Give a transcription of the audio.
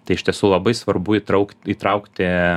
tai iš tiesų labai svarbu įtrauk įtraukti